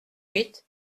huit